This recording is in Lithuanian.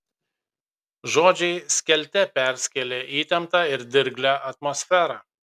žodžiai skelte perskėlė įtemptą ir dirglią atmosferą